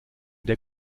der